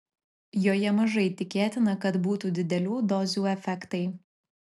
joje mažai tikėtina kad būtų didelių dozių efektai